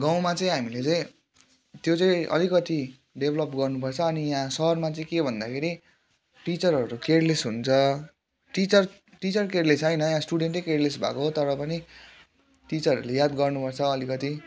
गाउँमा चाहिँ हामीले चाहिँ त्यो चाहिँ अलिकति डेब्लभ गर्नु पर्छ अनि यहाँ सहरमा चाहिँ के भन्दाखेरि टिचरहरू केयरलेस हुन्छ टिचर टिचर केयरलेस होइन स्टुडेन्टै केयरलेस भएको हो तर पनि टिचरहरूले याद गर्नु पर्छ अलिकति